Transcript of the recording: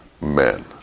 men